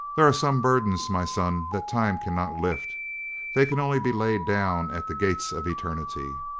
there are some burdens, my son, that time cannot lift they can only be laid down at the gates of eternity.